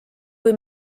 kui